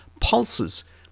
Pulses